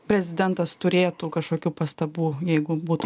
prezidentas turėtų kažkokių pastabų jeigu būtų